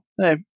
hey